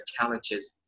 challenges